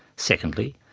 secondly,